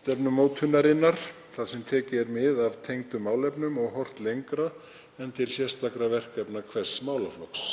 stefnumótunarinnar þar sem tekið er mið af tengdum málefnum og horft lengra en til sérstakra verkefna hvers málaflokks.